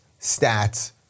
stats